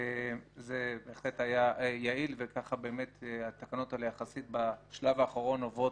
זה בהחלט היה יעיל וככה באמת התקנות האלה יחסית בשלב האחרון,